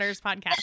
podcast